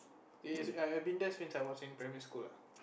it's I've been there since I was in primary school lah